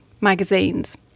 magazines